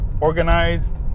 organized